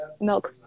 milk